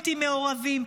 אלה הם לא בלתי מעורבים,